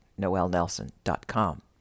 noelnelson.com